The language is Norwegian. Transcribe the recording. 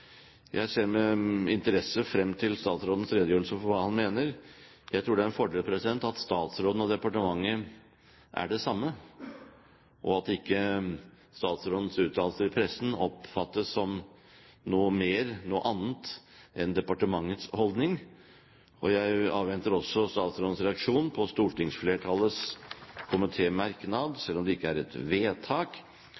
Jeg ser med interesse frem til statsrådens redegjørelse for hva han mener. Jeg tror det er en fordel at statsråden og departementet sier det samme, og at statsrådens uttalelser i pressen ikke oppfattes som noe mer, noe annet, enn departementets holdning. Jeg avventer også statsrådens reaksjon på komitéflertallets – stortingsflertallets